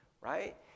right